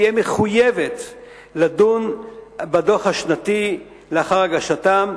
תהיה מחויבת לדון בדוח השנתי לאחר הגשתו.